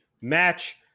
match